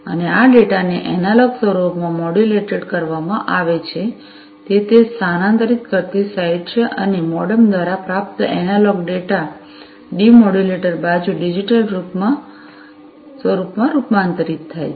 અને આ ડેટાને એનાલોગ સ્વરૂપમાં મોડ્યુલેટેડ કરવામાં આવે છે તે તે સ્થાનાંતરિત કરતી સાઇટ છે અને મોડેમ દ્વારા પ્રાપ્ત એનાલોગ ડેટા ડિમોડ્યુલેટર બાજુ ડિજિટલ સ્વરૂપમાં રૂપાંતરિત થાય છે